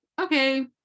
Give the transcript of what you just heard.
Okay